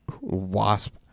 wasp